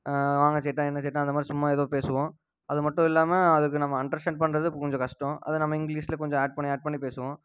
வாங்க சேட்டா என்ன சேட்டா அந்த மாதிரி சும்மா ஏதோ பேசுவோம் அது மட்டும் இல்லாமல் அதுக்கு நம்ம அண்டர்ஸ்டாண்ட் பண்ணுறது கொஞ்சம் கஷ்டம் அது நம்ம இங்கிலீஷில் கொஞ்சம் ஆட் பண்ணி ஆட் பண்ணி பேசுவோம்